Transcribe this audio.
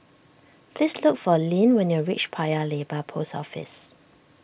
please look for Linn when you reach Paya Lebar Post Office